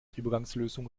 übergangslösung